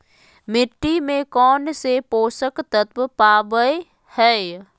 मिट्टी में कौन से पोषक तत्व पावय हैय?